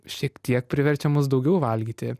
šiek tiek priverčia mus daugiau valgyti